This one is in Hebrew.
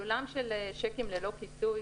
לעולם של שיקים ללא כיסוי,